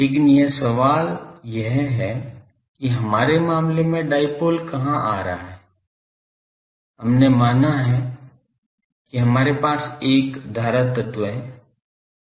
लेकिन सवाल यह है कि हमारे मामले में डायपोल कहाँ आ रहा है आपने माना हैं कि हमारे पास एक धारा तत्व है